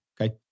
Okay